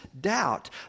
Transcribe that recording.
doubt